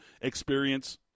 experience